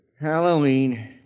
Halloween